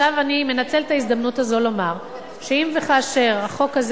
אני מנצלת את ההזדמנות הזאת לומר שאם וכאשר החוק הזה,